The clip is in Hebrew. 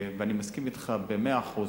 אני מסכים אתך במאה אחוז,